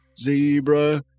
zebra